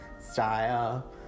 style